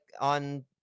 on